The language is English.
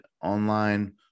online